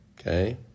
Okay